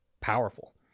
powerful